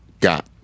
got